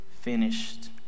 finished